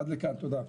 תודה.